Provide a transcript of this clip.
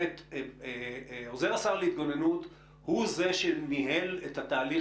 עוזר השר להתגוננות הוא זה שניהל את התהליך